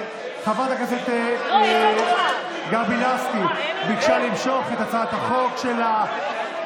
חברת הכנסת גבי לסקי ביקשה למשוך את הצעת החוק שלה.